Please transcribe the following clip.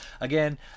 Again